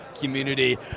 community